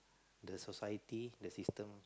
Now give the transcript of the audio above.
the society the system